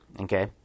okay